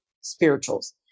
spirituals